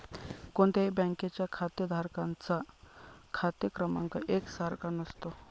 कोणत्याही बँकेच्या खातेधारकांचा खाते क्रमांक एक सारखा नसतो